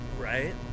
Right